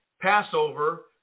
Passover